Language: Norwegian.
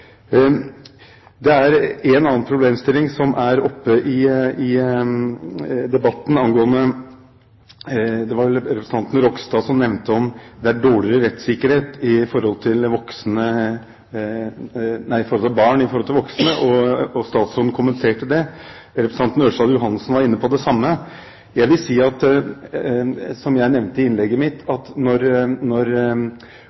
Det er en annen problemstilling som er oppe i debatten. Det var representanten Ropstad som nevnte at det er dårligere rettssikkerhet for barn i forhold til voksne, og statsråden kommenterte det. Representanten Ørsal Johansen var inne på det samme. Jeg vil si, som jeg nevnte i innlegget mitt,